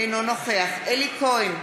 אינו נוכח אלי כהן,